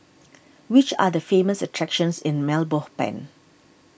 which are the famous attractions in Mile Belmopan